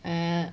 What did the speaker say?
哦